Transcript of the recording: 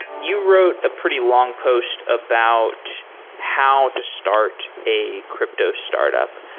you wrote the pretty long post about how to start a crypto startup,